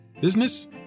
Business